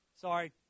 Sorry